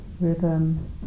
rhythm